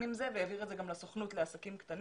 עם זה והעביר את זה גם לסוכנות לעסקים קטנים,